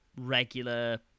regular